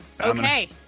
Okay